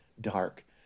dark